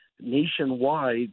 Nationwide